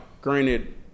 granted